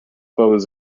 bows